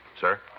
Sir